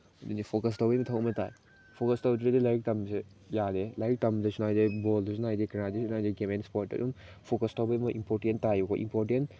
ꯑꯗꯨꯅꯤ ꯐꯣꯀꯁ ꯇꯧꯕꯒꯤ ꯃꯊꯧ ꯑꯃ ꯇꯥꯏ ꯐꯣꯀꯁ ꯇꯧꯗ꯭ꯔꯗꯤ ꯂꯥꯏꯔꯤꯛ ꯇꯝꯕꯁꯦ ꯌꯥꯗꯦ ꯂꯥꯏꯔꯤꯛ ꯇꯝꯕꯗꯁꯨ ꯅꯥꯏꯗꯦ ꯕꯣꯜꯗꯁꯨ ꯅꯥꯏꯗꯦ ꯀꯔꯥꯏꯗꯁꯨ ꯅꯥꯏꯗꯦ ꯒꯦꯝ ꯑꯦꯟ ꯏꯁꯄꯣꯔꯠꯇ ꯑꯗꯨꯝ ꯐꯣꯀꯁ ꯇꯧꯕꯒꯤ ꯃꯣꯏ ꯏꯝꯄꯣꯔꯇꯦꯟ ꯇꯥꯏ ꯏꯝꯄꯣꯔꯇꯦꯟ